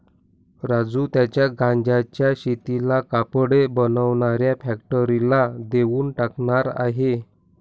राजू त्याच्या गांज्याच्या शेतीला कपडे बनवणाऱ्या फॅक्टरीला देऊन टाकणार आहे